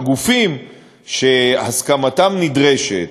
הגופים שהסכמתם נדרשת